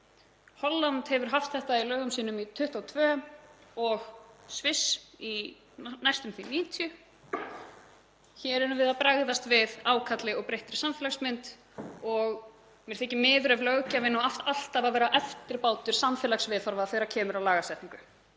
Holland hefur haft þetta í lögum sínum í 22 ár og Sviss í næstum því 90 ár. Hér erum við að bregðast við ákalli og breyttri samfélagsmynd og mér þykir miður ef löggjafinn á alltaf að vera eftirbátur samfélagsviðhorfa þegar kemur að lagasetningu.